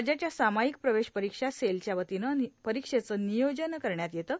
राज्याच्या सामायिक प्रवेश परीक्षा सेलच्यावतीनं परीक्षेचं नियोजन करण्यात येतं